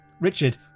Richard